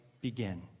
begin